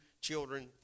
children